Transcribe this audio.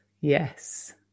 yes